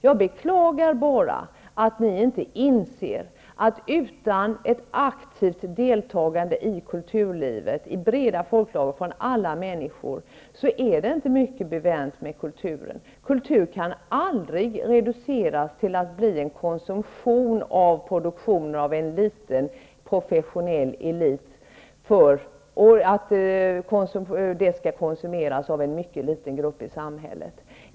Jag kan bara beklaga att ni inte inser att utan ett aktivt deltagande i kulturlivet -- det gäller då de breda folklagren, alltså alla människor -- är det inte mycket bevänt med kulturen. Kultur kan aldrig reduceras till konsumtion av produktion som en liten professionell elit står för. Det får alltså inte vara så, att kultur skall konsumeras av en mycket liten grupp i samhället.